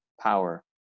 power